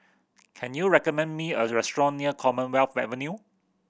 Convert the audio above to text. can you recommend me a restaurant near Commonwealth Avenue